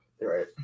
Right